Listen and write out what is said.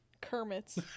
Kermit's